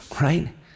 right